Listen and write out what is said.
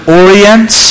orient